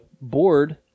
board